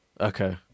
okay